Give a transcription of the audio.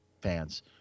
fans